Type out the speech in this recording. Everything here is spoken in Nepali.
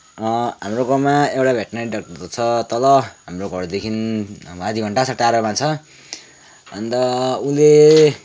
हाम्रो गाउँमा एउटा भेटनेरी डाक्टर त छ तल हाम्रो घरदेखि आधी घन्टाजस्तो टाढोमा छ अन्त उसले